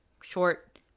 short